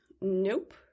Nope